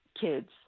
kids